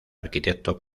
arquitecto